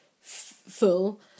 full